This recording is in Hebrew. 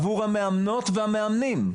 עבור המאמנות והמאמנים.